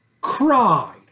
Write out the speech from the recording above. cried